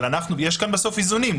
אבל יש כאן בסוף איזונים.